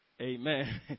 Amen